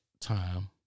time